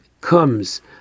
comes